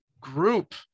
group